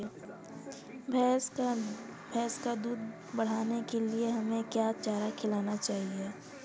भैंस का दूध बढ़ाने के लिए हमें क्या चारा खिलाना चाहिए?